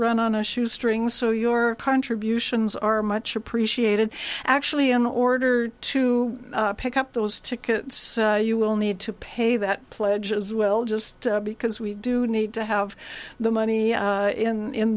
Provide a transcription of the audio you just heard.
run on a shoestring so your contributions are much appreciated actually in order to pick up those tickets you will need to pay that pledge as well just because we do need to have the money